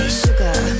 sugar